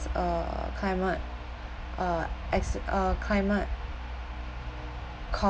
uh climate uh as a climate c~